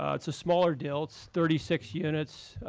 ah it's a smaller deal. it's thirty six units.